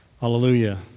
Hallelujah